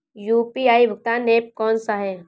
UPI भुगतान app कौन सा है?